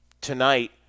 tonight